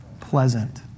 Pleasant